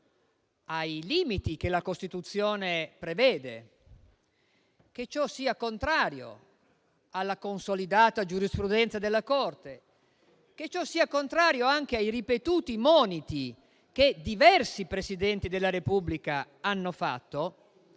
ai limiti che la Costituzione prevede, che ciò sia contrario alla consolidata giurisprudenza della Corte, che ciò sia contrario anche ai ripetuti moniti che diversi Presidenti della Repubblica hanno fatto,